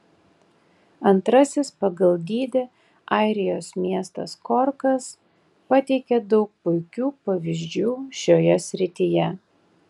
antrasis pagal dydį airijos miestas korkas pateikia daug puikių pavyzdžių šioje srityje